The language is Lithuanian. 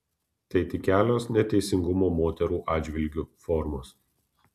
tai tik kelios neteisingumo moterų atžvilgiu formos